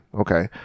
Okay